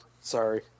Sorry